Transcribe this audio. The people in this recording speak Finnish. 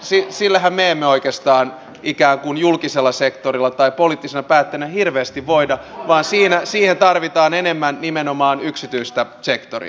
sillehän me emme oikeastaan ikään kuin julkisella sektorilla tai poliittisina päättäjinä hirveästi voi vaan siihen tarvitaan enemmän nimenomaan yksityistä sektoria